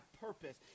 purpose